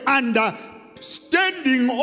understanding